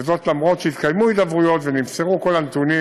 אף שהתקיימו הידברויות ונמסרו כל הנתונים